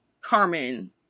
Carmen